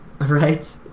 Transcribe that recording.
Right